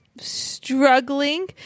Struggling